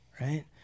right